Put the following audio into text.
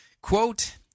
Quote